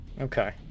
Okay